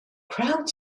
crowd